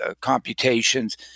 computations